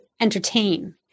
entertain